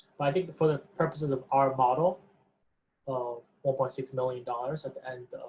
but i think that for the purposes of our model of one point six million dollars at the end,